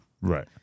Right